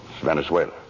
Venezuela